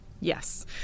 Yes